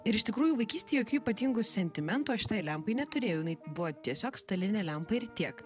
ir iš tikrųjų vaikystėj jokių ypatingų sentimentų o aš šitai lempai neturėjau jinai buvo tiesiog stalinė lempa ir tiek